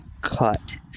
cut